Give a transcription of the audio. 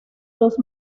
los